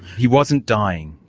he wasn't dying,